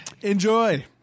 enjoy